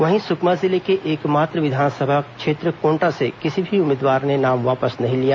वहीं सुकमा जिले के एकमात्र विधानसभा क्षेत्र कोंटा से किसी भी उम्मीदवार ने नाम वापस नहीं लिया